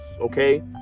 Okay